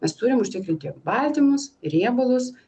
mes turim užtikrinti baltymus riebalus